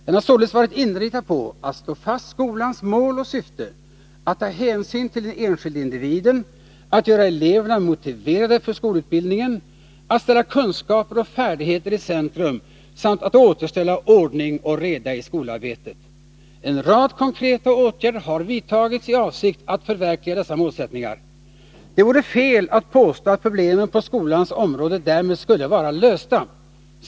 Den har således varit inriktad på att slå fast skolans mål och syfte, att ta hänsyn till den enskilde individen, att göra eleverna motiverade för skolutbildningen, att sätta kunskaper och färdigheter i centrum samt att återställa ordning och reda i skolarbetet. En rad konkreta åtgärder har vidtagits i avsikt att förverkliga dessa målsättningar. Det vore fel att påstå att problemen på skolans område därmed skulle vara lösta.